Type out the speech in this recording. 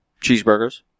Cheeseburgers